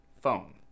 phone